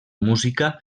música